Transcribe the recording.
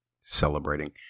Celebrating